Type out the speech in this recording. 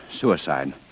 suicide